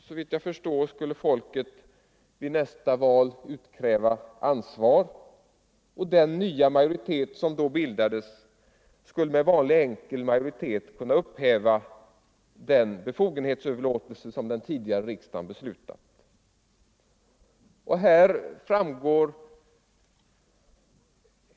Såvitt jag förstår skulle folket vid nästa val utkräva ansvar, och den nya majoritet som då bildades skulle med vanlig enkel majoritet kunna upphäva den befogenhetsöverlåtelse som den tidigare riksdagen beslutat.